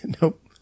Nope